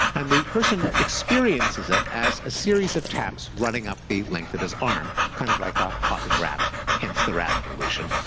and the person experiences it as a series of taps running up the length of his arm, kind of like a hopping rabbit, hence the rabbit illusion.